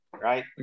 right